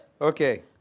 Okay